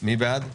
מי בעד?